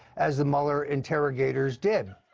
as the mueller interrogators did.